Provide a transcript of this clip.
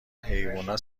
حیوونا